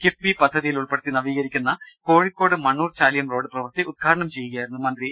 കിഫ്ബി പദ്ധതിയിലുൾ പ്പെടുത്തി നവീകരിക്കുന്ന കോഴിക്കോട് മണ്ണൂർ ചാലിയം റോഡ് പ്രവൃത്തി ഉദ്ഘാടനം ചെയ്യുകയായിരുന്നു മന്ത്രി